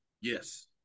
Yes